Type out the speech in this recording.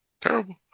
terrible